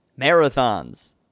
marathons